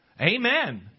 Amen